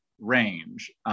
range